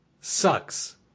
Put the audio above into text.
sucks